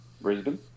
Brisbane